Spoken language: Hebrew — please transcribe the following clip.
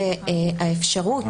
הוא האפשרות